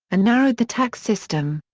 and narrowed the tax system.